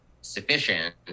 sufficient